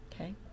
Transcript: Okay